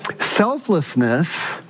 selflessness